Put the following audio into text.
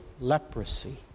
leprosy